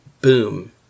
boom